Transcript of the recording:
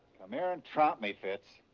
um and and tromp me, fitz.